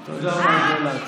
תודה, מאי גולן.